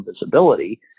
visibility